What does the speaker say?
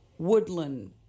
Woodland